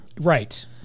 Right